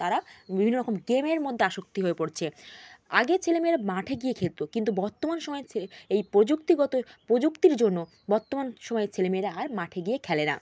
তারা বিভিন্ন রকম গেমের মধ্যে আসক্তি হয়ে পড়ছে আগে ছেলে মেয়েরা মাঠে গিয়ে খেলতো কিন্তু বর্তমান সময়ে যে এই প্রযুক্তিগত প্রযুক্তির জন্য বর্তমান সময়ের ছেলে মেয়েরা আর মাঠে গিয়ে খেলে না